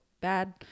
bad